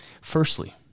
Firstly